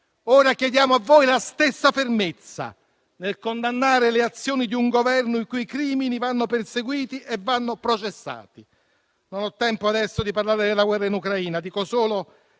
Ora chiediamo a voi la stessa fermezza nel condannare le azioni di un Governo i cui i crimini vanno perseguiti e processati. Non ho tempo adesso di parlare della guerra in Ucraina. Dico solo